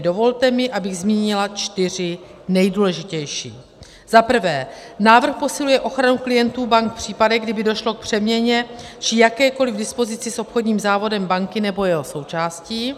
Dovolte mi, abych zmínila čtyři nejdůležitější: 1. návrh posiluje ochranu klientů bank v případech, kdy by došlo k přeměně či jakékoliv dispozici s obchodním závodem banky nebo jeho součástí;